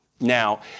Now